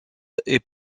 est